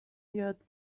یاد